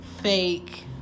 fake